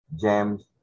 james